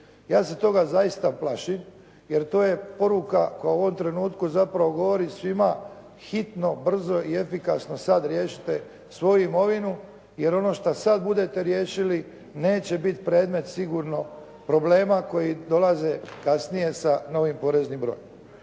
Ja se toga zaista plašim jer to je poruka koja u ovom trenutku zapravo govori svima hitno, brzo i efikasno sad riješite svoju imovinu, jer ono što sad budete riješili neće bit predmet sigurno problema koji dolaze kasnije sa novim poreznim brojem.